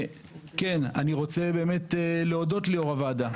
וכן, אני רוצה באמת להודות ליו"ר הוועדה.